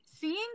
seeing